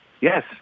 Yes